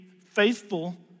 faithful